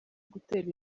gutera